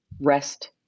rest